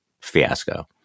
fiasco